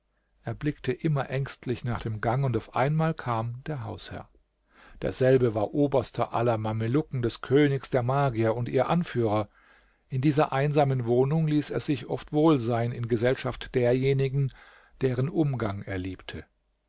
blickte immer ängstlich nach dem gang und auf einmal kam der hausherr derselbe war oberster aller mamelucken des königs der magier und ihr anführer in dieser einsamen wohnung ließ er sich oft wohl sein in gesellschaft derjenigen deren umgang er liebte